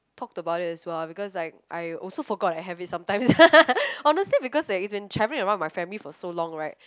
talked about it as well because like I also forgot I have it sometimes honestly because that it's been traveling around with my family for so long right